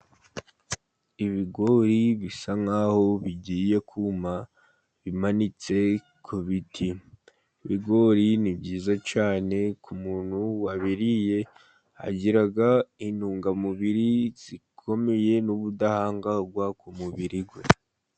Ubigori bisa nkaho bigiye kuma bimanitse ku biti ,ibigori ni byiza cyane, ku muntu wabiriye agira intungamubiri zikomeye n'ubudahangarwa ku mubiri we.